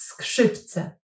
Skrzypce